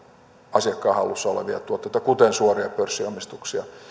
asiakkaan hallussa olevia tuotteita kuten suoria pörssiomistuksia